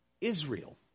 Israel